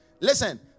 Listen